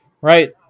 right